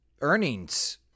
earnings